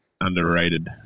underrated